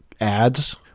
ads